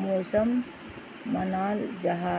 मौसम मानाल जाहा